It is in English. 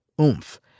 oomph